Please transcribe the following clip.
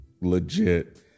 legit